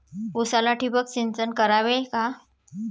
उसाला ठिबक सिंचन करावे का?